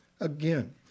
Again